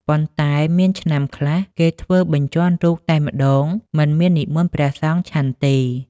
ប៉ុន្តែមានឆ្នាំ ខ្លះ គេធ្វើបញ្ជាន់រូបតែម្តង មិនមាននិមន្តព្រះសង្ឃឆាន់ទេ ។